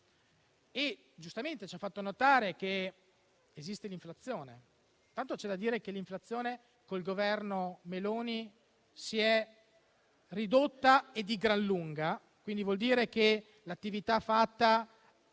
e, giustamente, ci ha fatto notare che esiste l'inflazione. Intanto, c'è da dire che l'inflazione, col Governo Meloni, si è ridotta e di gran lunga. Ciò vuol dire che l'attività fatta